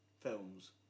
Films